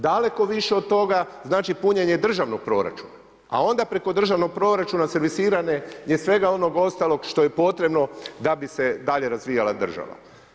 Daleko više od toga, znači punjenje državnog proračuna, a onda preko državnog proračuna servisiranje svega onog ostalog što je potrebno da bi se dalje razvijala država.